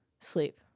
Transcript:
Sleep